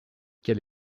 quel